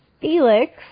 Felix